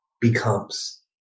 becomes